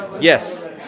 Yes